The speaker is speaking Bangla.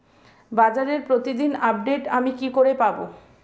বাজারের প্রতিদিন আপডেট আমি কি করে পাবো?